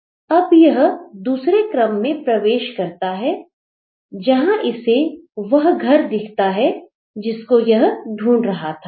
यह अब दूसरे क्रम में प्रवेश करता है जहां इसे वह घर दिखता है जिसको यह ढूंढ रहा था